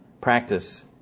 practice